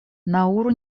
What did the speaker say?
науру